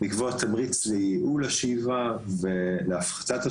לקבוע תמריץ לייעול השאיבה ולהפחתתה,